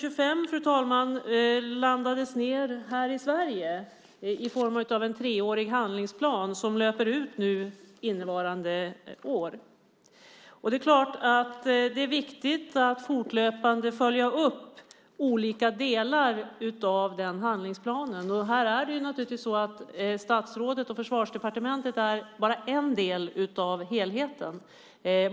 1325 landade här i Sverige i form av en treårig handlingsplan som löper ut nu innevarande år. Det är viktigt att fortlöpande följa upp olika delar av den handlingsplanen. Statsrådet och Försvarsdepartementet är bara en del av helheten.